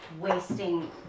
Wasting